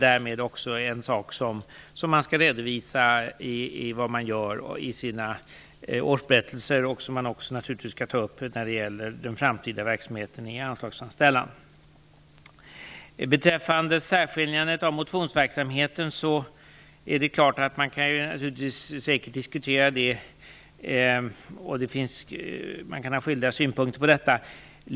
Därmed skall högskolan också redovisa vad man gör i sina årsberättelser, och naturligtvis skall man ta upp detta i anslagsframställan när det gäller den framtida verksamheten. Man kan säkert diskutera särskiljandet av motionsverksamheten, och man kan ha skilda synpunkter.